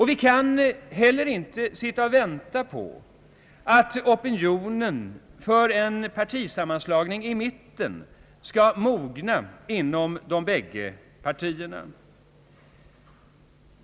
Vi kan inte heller sitta och vänta på att opinionen för en partisammanslagning i mitten skall mogna inom de bägge partierna.